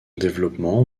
développement